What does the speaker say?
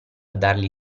dargli